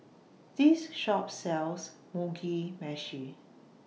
This Shop sells Mugi Meshi